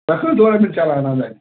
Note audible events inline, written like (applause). (unintelligible)